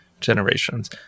generations